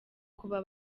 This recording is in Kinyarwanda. kuba